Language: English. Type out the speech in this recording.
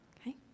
okay